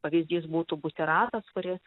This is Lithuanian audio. pavyzdys būtų butiratas kuris